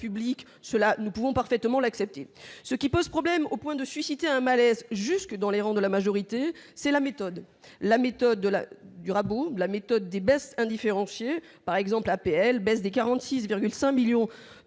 cela nous pouvons parfaitement l'accepter, ce qui pose problème au point de susciter un malaise jusque dans les rangs de la majorité, c'est la méthode, la méthode de la durable ou la méthode des baisses indifférenciées, par exemple, l'APL baisse de 46,5 millions de